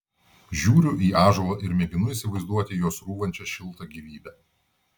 žiūriu į ąžuolą ir mėginu įsivaizduoti juo srūvančią šiltą gyvybę